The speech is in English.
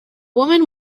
woman